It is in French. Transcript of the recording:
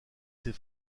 ses